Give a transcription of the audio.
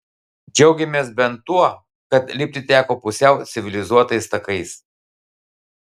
džiaugėmės bent tuo kad lipti teko pusiau civilizuotais takais